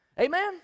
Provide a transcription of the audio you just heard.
Amen